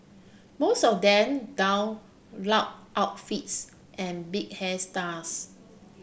most of them don loud outfits and big hairstyles